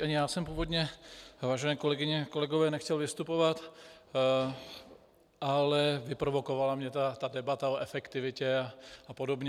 Ani já jsem původně, vážené kolegyně, kolegové, nechtěl vystupovat, ale vyprovokovala mě ta debata o efektivitě a podobně.